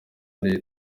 uri